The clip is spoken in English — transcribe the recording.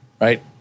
right